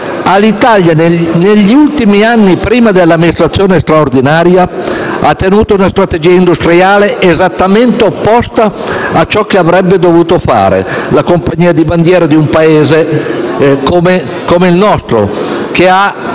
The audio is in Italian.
Etihad. Negli ultimi anni prima dell'amministrazione straordinaria ha tenuto una strategia industriale esattamente opposta a ciò che avrebbe dovuto fare la compagnia di bandiera di un Paese come il nostro, che ha